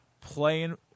playing